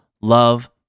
love